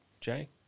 Jay